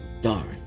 darn